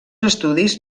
estudis